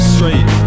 Straight